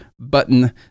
Button